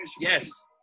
Yes